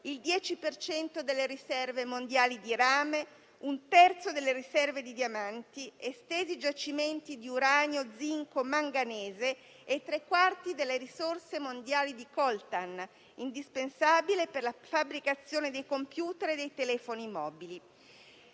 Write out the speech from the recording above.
cento delle riserve mondiali di rame, un terzo delle riserve di diamanti, estesi giacimenti di uranio, zinco, manganese e tre quarti delle risorse mondiali di coltan, indispensabile per la fabbricazione dei computer e dei telefoni mobili.